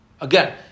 Again